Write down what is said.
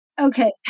Okay